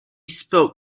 spoke